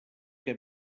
que